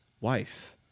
wife